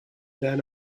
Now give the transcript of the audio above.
then